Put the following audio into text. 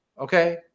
Okay